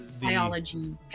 biology